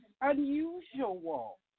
unusual